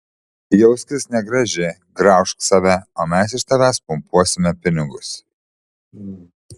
jauskis negraži graužk save o mes iš tavęs pumpuosime pinigus